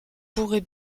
pourrait